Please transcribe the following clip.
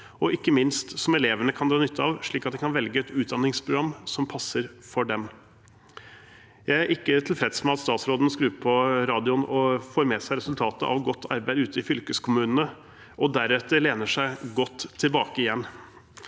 minst elevene kan dra nytte av, slik at de kan velge et utdanningsprogram som passer for dem. Jeg er ikke tilfreds med at statsråden skrur på radioen og får med seg resultatet av godt arbeid ute i fylkeskommunene for deretter å lene seg godt tilbake,